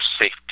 safety